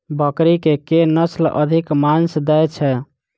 बकरी केँ के नस्ल अधिक मांस दैय छैय?